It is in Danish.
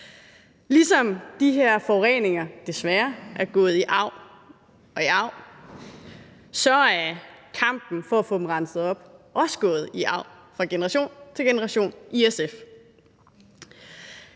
Ligesom de her forureninger desværre er gået i arv og i arv, så er kampen for at få dem renset op også gået i arv fra generation til generation i SF.